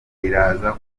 iraza